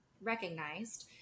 recognized